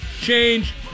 change